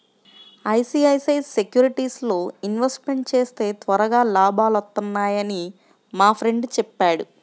ICICI సెక్యూరిటీస్లో investment చేస్తే త్వరగా లాభాలొత్తన్నయ్యని మా ఫ్రెండు చెప్పాడు